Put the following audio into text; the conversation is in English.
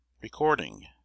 Recording